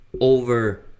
over